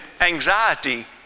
anxiety